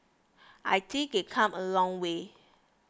I think they've come a long way